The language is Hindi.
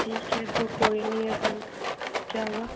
ठीक है तो कोई नहीं अपन क्या हुआ